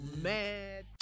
mad